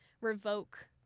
revoke